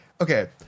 okay